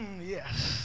yes